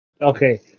Okay